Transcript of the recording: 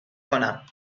کنم